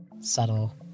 subtle